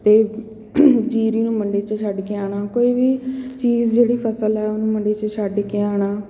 ਅਤੇ ਜੀਰੀ ਨੂੰ ਮੰਡੀ 'ਚ ਛੱਡੇ ਕੇ ਆਉਣਾ ਕੋਈ ਵੀ ਚੀਜ਼ ਜਿਹੜੀ ਫ਼ਸਲ ਹੈ ਉਹਨੂੰ ਮੰਡੀ 'ਚ ਛੱਡ ਕੇ ਆਉਣਾ